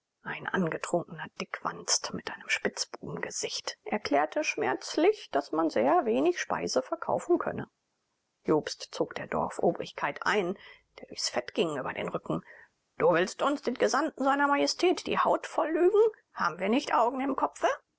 ein angetrunkener dickwanst mit einem spitzbubengesicht erklärte schmerzlich daß man sehr wenig speise verkaufen könne jobst zog der dorfobrigkeit einen der durchs fett ging über den rücken du willst uns den gesandten sr majestät die haut voll lügen haben wir nicht augen im kopfe